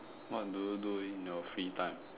what do you do in your free time